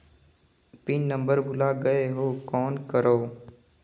Pin number भुला गयें हो कौन करव?